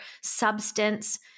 substance